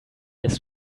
ist